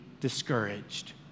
discouraged